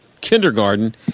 kindergarten